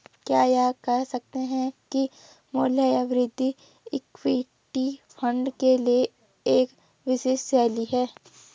क्या यह कह सकते हैं कि मूल्य या वृद्धि इक्विटी फंड के लिए एक विशिष्ट शैली है?